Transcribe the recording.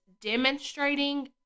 demonstrating